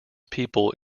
people